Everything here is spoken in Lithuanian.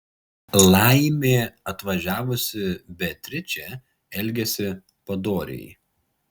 laimė atvažiavusi beatričė elgėsi padoriai